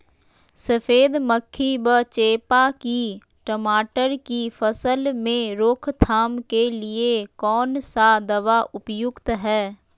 सफेद मक्खी व चेपा की टमाटर की फसल में रोकथाम के लिए कौन सा दवा उपयुक्त है?